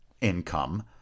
income